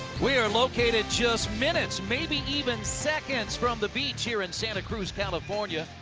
we are located just minutes, maybe even seconds from the beach here in santa cruz, california,